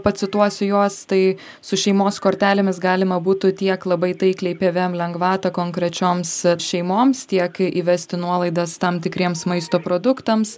pacituosiu juos tai su šeimos kortelėmis galima būtų tiek labai taikliai pvm lengvatą konkrečioms šeimoms tiek įvesti nuolaidas tam tikriems maisto produktams